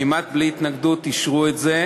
כמעט בלי התנגדות, אישרו את זה,